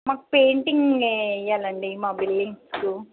మాకు పెయింటింగ్ వేయాలి అండీ మా బిల్డింగ్కు